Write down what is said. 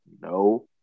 no